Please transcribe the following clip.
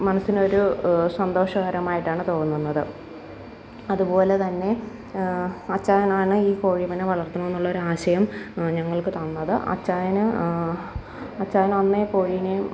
മനസ്സിനൊരു സന്തോഷകരമായിട്ടാണ് തോന്നുന്നത് അതുപോലെ തന്നെ അച്ചായനാണ് ഈ കോഴികളെ വളര്ത്തണമെന്നുള്ളൊരാശയം ഞങ്ങള്ക്ക് തന്നത് അച്ചായന് അച്ചായനാന്നെ കോഴിയെയും